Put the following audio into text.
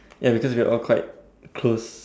ya because we're all quite close